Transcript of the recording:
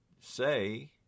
Say